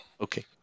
Okay